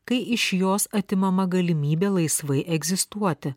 kai iš jos atimama galimybė laisvai egzistuoti